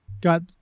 got